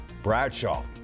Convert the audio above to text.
Bradshaw